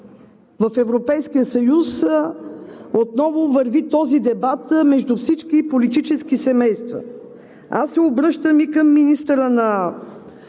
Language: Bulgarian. В Европейския съюз отново върви този дебат между всички политически семейства. Аз се обръщам и към министъра на